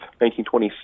1926